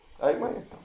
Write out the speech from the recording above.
Amen